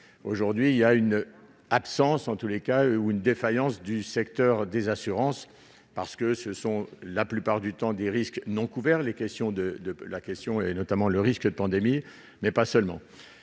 aujourd'hui il y a une absence en tous les cas où une défaillance du secteur des assurances parce que ce sont la plupart du temps des risques non couvert les questions de de la question, et notamment le risque de pandémie, mais pas seulement